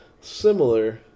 similar